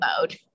mode